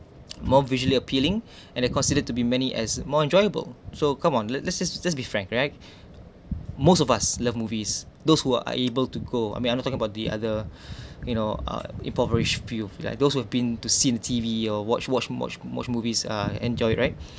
more visually appealing and it considered to be many as more enjoyable so come on let let this just be frank right most of us love movies those who are able to go I mean I'm not talk about the other you know uh impoverish field like those who have been to seen T_V or watch watch watch watch movies uh enjoy right